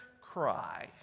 cry